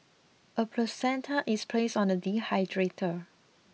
a placenta is placed on a dehydrator